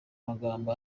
magambo